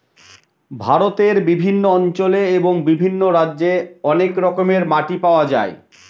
ভারতের বিভিন্ন অঞ্চলে এবং বিভিন্ন রাজ্যে অনেক রকমের মাটি পাওয়া যায়